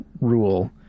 rule